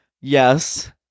Yes